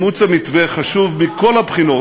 אימוץ המתווה חשוב מכל הבחינות,